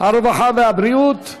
הרווחה והבריאות.